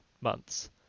months